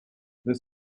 this